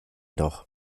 doch